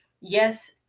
yes